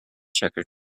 checker